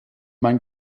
mein